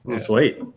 Sweet